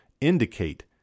indicate